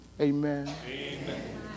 Amen